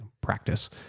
practice